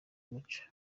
umuco